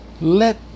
Let